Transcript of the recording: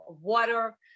water